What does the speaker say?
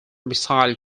missile